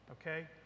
Okay